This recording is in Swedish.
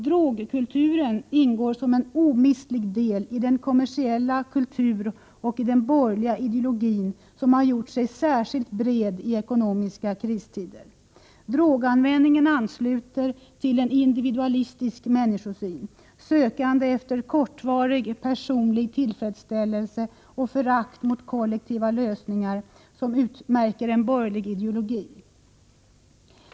Drogkulturen ingår som en omistlig del i den kommersiella kultur och den borgerliga ideologi som gjort sig särskilt bred i tider av ekonomisk kris. Droganvändningen ansluter till en individualistisk människosyn, sökande efter kortvarig personlig tillfredsställelse och det förakt mot kollektiva lösningar som utmärker en borgerlig ideologi.